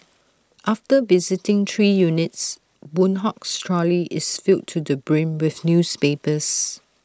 after visiting three units boon Hock's trolley is filled to the brim with newspapers